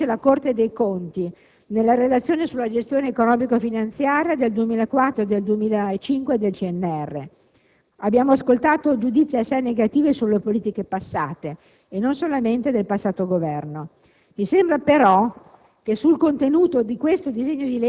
questo passo, che è quanto riportato dalla Corte dei conti nella relazione sulla gestione economico‑finanziaria del 2004 e del 2005 del CNR. Abbiamo ascoltato giudizi assai negativi sulle politiche passate, e non solamente del passato Governo. Mi sembra però